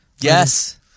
yes